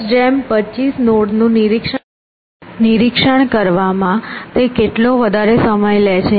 10 જેમ 25 નોડ નું નિરીક્ષણ કરવામાં તે કેટલો વધારે સમય લે છે